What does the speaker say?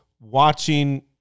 watching